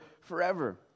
forever